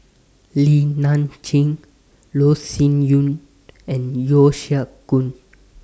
Li Nanxing Loh Sin Yun and Yeo Siak Goon